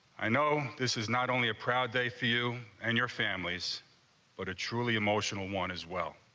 i know this is not only a proud day for you and your families but a truly emotional one, as well